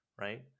right